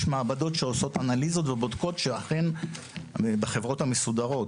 יש מעבדות שעושות אנליזות ובודקות בחברות המסודרות